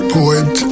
poet